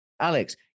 Alex